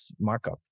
markup